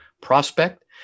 prospect